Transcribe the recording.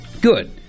Good